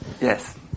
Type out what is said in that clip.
Yes